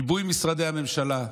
ריבוי משרדי הממשלה,